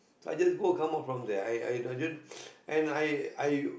I just go come out from there I i don't and I I